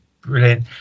Brilliant